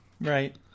Right